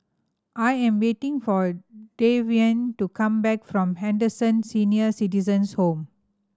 I am waiting for Devyn to come back from Henderson Senior Citizens' Home